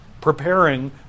preparing